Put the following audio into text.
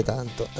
tanto